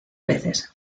veces